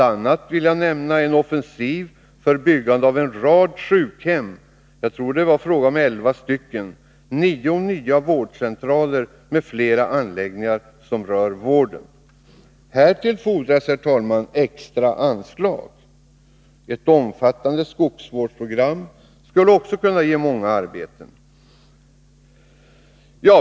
a. vill jag nämna en offensiv för byggande av en rad sjukhem -— jag tror det var fråga om elva stycken — och nio nya vårdcentraler med flera anläggningar som rör vården. Härtill fordras, herr talman, extra anslag. Ett omfattande skogsvårdsprogram skulle också kunna ge många arbeten.